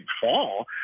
fall